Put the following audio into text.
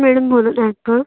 madam बोलत आहेत का